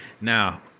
Now